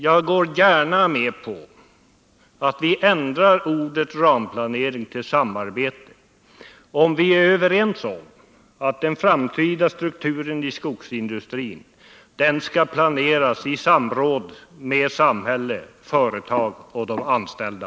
Jag går gärna med på att vi ändrar beteckningen ”ramplanering” till ”samarbete”, om vi är överens om att den framtida strukturen inom skogsindustrin skall planeras i samråd mellan samhälle, företag och de anställda.